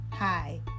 Hi